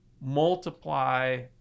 multiply